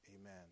amen